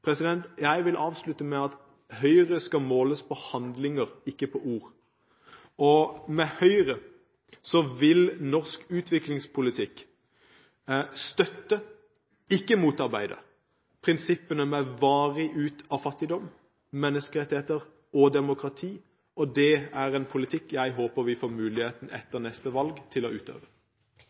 Jeg vil avslutte med å si at Høyre skal måles på handlinger, ikke på ord. Med Høyre vil norsk utviklingspolitikk støtte, ikke motarbeide, prinsippene om varig ut av fattigdom, om menneskerettigheter og demokrati. Det er en politikk jeg håper vi får muligheten til å utøve etter neste valg.